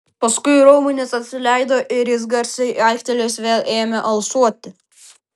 paskui raumenys atsileido ir jis garsiai aiktelėjęs vėl ėmė alsuoti